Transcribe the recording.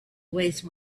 waste